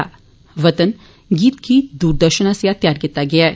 वतन गीत गी दूरदर्शन आस्सेआ तैयार कीता गेदा ऐ